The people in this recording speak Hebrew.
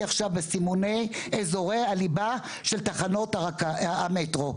עכשיו בסימוני אזורי הליבה של תחנות המטרו.